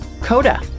Coda